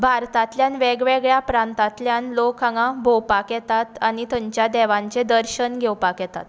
भारतांतल्यान वेगवेगळ्या प्रांतांतल्यान लोक हांगा भोंवपाक येतात आनी थंयच्या देवांचे दर्शन घेवपाक येतात